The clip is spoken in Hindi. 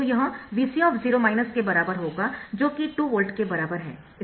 तो यह Vc के बराबर होगा जो कि 2 वोल्ट के बराबर है